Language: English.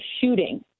shooting